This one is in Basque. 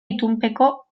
itunpeko